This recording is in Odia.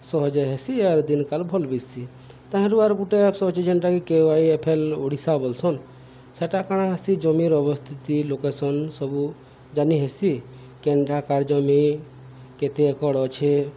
ସହଜେ ହେସି ଆର୍ ଦିନ୍ କାଲ୍ ଭଲ୍ ବିତ୍ସି ତାହିଁରୁ ଆର୍ ଗୁଟେ ଆପ୍ସ୍ ଅଛେ ଯେନ୍ଟାକି K Y F L Odisha ବଲ୍ସନ୍ ସେଟା କାଣା ହେସି ଜମି ଅବସ୍ଥିତି ଲୋକେସନ୍ ସବୁ ଜାନି ହେସି କେନ୍ଟା କାର୍ ଜମି କେତେ୍ ଏକଡ଼୍ ଅଛେ